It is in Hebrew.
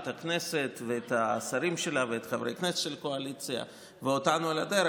את הכנסת ואת השרים שלה ואת חברי הכנסת של הקואליציה ואותנו על הדרך,